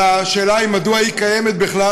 אלא השאלה היא מדוע היא קיימת בכלל,